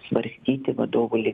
svarstyti vadovai